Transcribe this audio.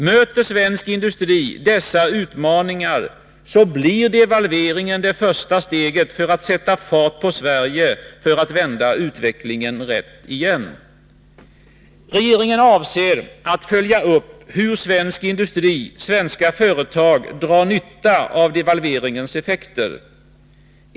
Möter svensk industri dessa utmaningar, blir devalveringen det första steget för att sätta fart på Sverige, för att vända utvecklingen rätt igen. Regeringen avser att följa upp hur svensk industri, svenska företag, drar nytta av devalveringens effekter.